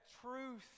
truth